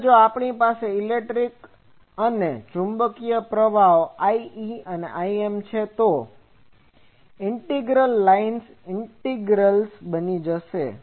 હવે જો આપણી પાસે ઇલેક્ટ્રિક અને ચુંબકીય પ્રવાહો Ie અને Im છે તો ઇન્ટિગ્રેલ્સ લાઇન ઇન્ટિગ્રેલ્સ બની જશે